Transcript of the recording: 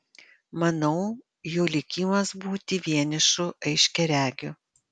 manau jo likimas būti vienišu aiškiaregiu